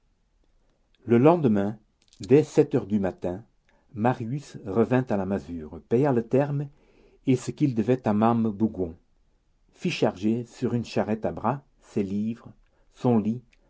le lendemain dès sept heures du matin marius revint à la masure paya le terme et ce qu'il devait à mame bougon fit charger sur une charrette à bras ses livres son lit